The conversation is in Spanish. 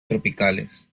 tropicales